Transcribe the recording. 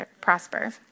prosper